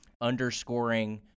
underscoring